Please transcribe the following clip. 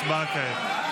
הצבעה כעת.